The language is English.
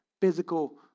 physical